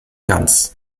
ganz